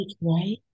Right